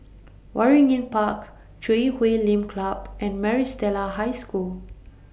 Waringin Park Chui Huay Lim Club and Maris Stella High School